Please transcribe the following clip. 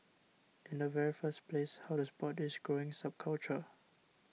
in the very first place how to spot this growing subculture